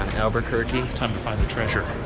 albuquerque. it's time to find the treasure.